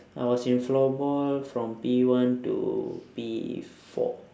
I was in floorball from P one to P four